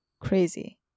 crazy